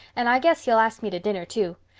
and i guess he'll ask me to dinner too.